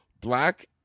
black